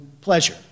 pleasure